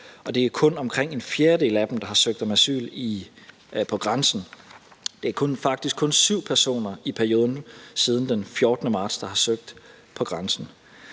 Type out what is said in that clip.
det er kun omkring en fjerdedel af dem, der har søgt om asyl på grænsen. Der er faktisk kun 7 personer i perioden siden den 14. marts, der har søgt om asyl på grænsen.